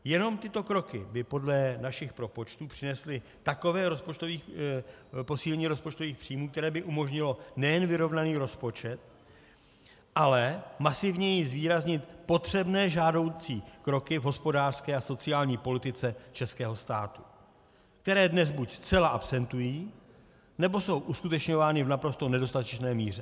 Jenom tyto kroky by podle našich propočtů přinesly takové posílení rozpočtových příjmů, které by umožnilo nejen vyrovnaný rozpočet, ale masivněji zvýraznit potřebné žádoucí kroky v hospodářské a sociální politice českého státu, které dnes buď zcela absentují, nebo jsou uskutečňovány v naprosto nedostatečné míře.